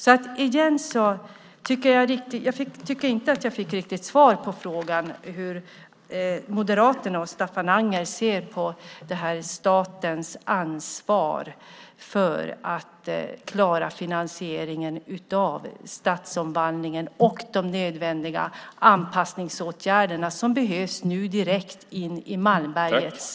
Jag tycker inte att jag riktigt fick svar på frågan hur Moderaterna och Staffan Anger ser på statens ansvar för att klara finansieringen av stadsomvandlingen och de nödvändiga anpassningsåtgärder som behövs i Malmberget nu.